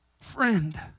Friend